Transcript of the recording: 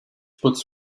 puts